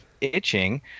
itching